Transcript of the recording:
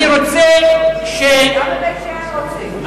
אני רוצה, גם בבית-שאן רוצים.